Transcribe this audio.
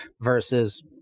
versus